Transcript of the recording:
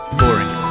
Boring